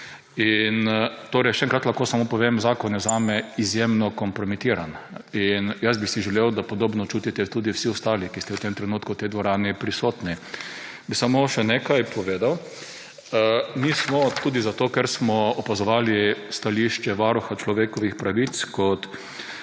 naprej. Še enkrat lahko samo povem, zakon je zame izjemno kompromitiran. In jaz bi si želel, da podobno čutite tudi vsi ostali, ki ste v tem trenutku v tej dvorani prisotni. Bi samo še nekaj povedal. Mi smo tudi zato, ker smo opazovali stališče Varuha človekovih pravic, kot